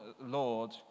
Lord